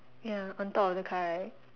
ya on top of the car right